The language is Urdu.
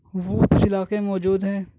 وہ اس علاقے میں موجود ہیں